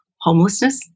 homelessness